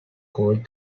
called